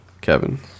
Kevin